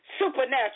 supernatural